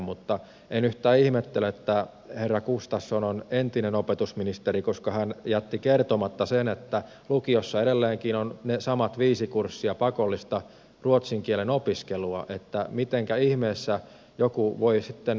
mutta en yhtään ihmettele että herra gustafsson on entinen opetusministeri koska hän jätti kertomatta sen että lukiossa edelleenkin on ne samat viisi kurssia pakollista ruotsin kielen opiskelua että mitenkä ihmeessä joku voi siten